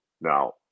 Now